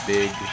Big